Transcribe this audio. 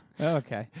Okay